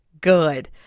good